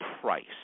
price